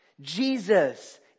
Jesus